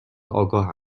آگاه